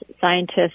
scientists